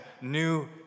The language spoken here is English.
new